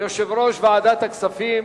יושב-ראש ועדת הכספים